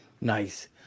nice